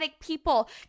people